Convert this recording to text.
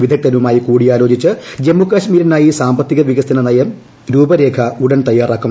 വിദഗ്ദ്ധരുമായി കൂടിയാലോചിച്ച് ജമ്മുകാശ്മീരിനായി സാമ്പത്തിക വികസന നയ രൂപരേഖ ഉടൻ തയ്യാറാക്കും